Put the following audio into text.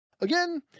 again